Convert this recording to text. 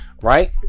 right